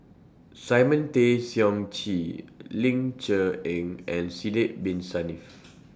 Simon Tay Seong Chee Ling Cher Eng and Sidek Bin Saniff